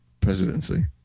presidency